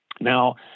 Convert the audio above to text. now